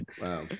Wow